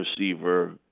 receiver